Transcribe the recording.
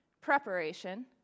preparation